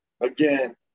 again